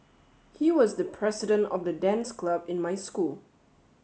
he was the president of the dance club in my school